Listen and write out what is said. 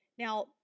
Now